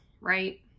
right